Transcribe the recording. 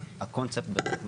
הקונספט בהחלט מקובל.